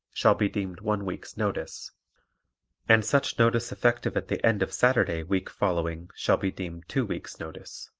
shall be deemed one week's notice and such notice effective at the end of saturday week following shall be deemed two weeks' notice.